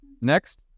Next